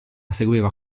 seguiva